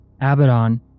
Abaddon